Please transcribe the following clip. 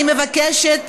אני מבקשת,